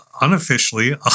unofficially